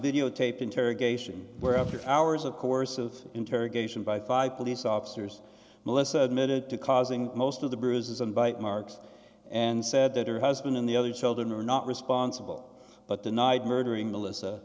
videotape interrogation where after hours of coercive interrogation by five police officers melissa admitted to causing most of the bruises and bite marks and said that her husband in the other children are not responsible but the night murdering the lis